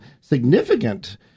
significant